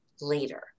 later